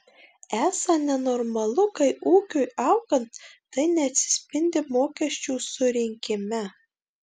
esą nenormalu kai ūkiui augant tai neatsispindi mokesčių surinkime